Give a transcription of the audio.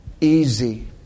easy